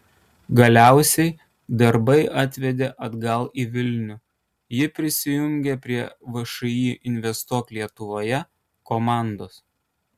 galiausiai darbai atvedė atgal į vilnių ji prisijungė prie všį investuok lietuvoje komandos